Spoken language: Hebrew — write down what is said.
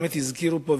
באמת הזכירו פה,